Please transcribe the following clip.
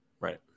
Right